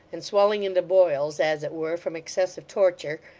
and swelling into boils, as it were from excess of torture,